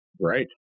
Right